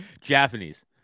Japanese